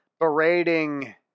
berating